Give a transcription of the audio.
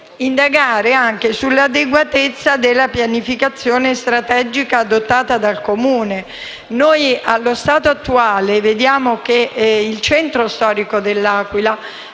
indagare anche sull'adeguatezza della pianificazione strategica adottata dal Comune. Noi, allo stato attuale, vediamo che il centro storico dell'Aquila